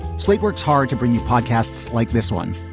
slate works hard to bring you podcasts like this one.